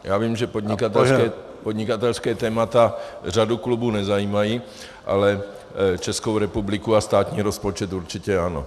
Já vím, že podnikatelská témata řadu klubů nezajímají, ale Českou republiku a státní rozpočet určitě ano.